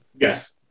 Yes